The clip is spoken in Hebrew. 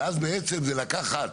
ואז בעצם זה לקחת